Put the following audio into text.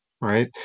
right